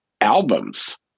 albums